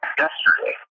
yesterday